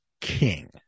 king